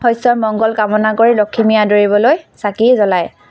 শস্যৰ মংগল কামনা কৰি লখিমী আদৰিবলৈ চাকি জ্বলায়